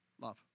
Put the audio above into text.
love